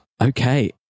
Okay